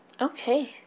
okay